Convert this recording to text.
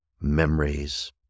memories